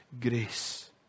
grace